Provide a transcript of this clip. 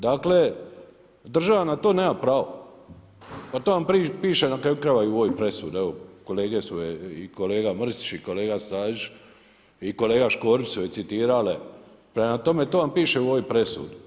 Dakle država na to nema pravo, pa to vam piše na kraju krajeva i u ovoj presudi evo, kolega Mrsić i kolega Stazić i kolega Škorić su je citirale, prema tome to vam piše u ovoj presudi.